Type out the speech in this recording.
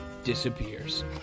disappears